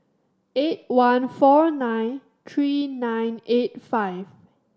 eight one four nine three nine eight five